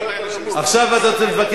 עכשיו אתה צריך להתווכח